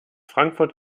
frankfurt